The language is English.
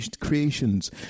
creations